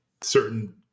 certain